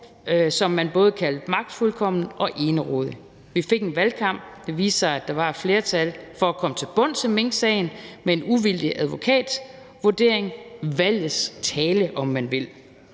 som man både kaldte magtfuldkommen og enerådig. Vi fik en valgkamp. Det viste sig, at der var et flertal for at komme til bunds i minksagen med en uvildig advokatvurdering – valgets tale, om man vil.